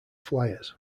fliers